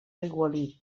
aigualit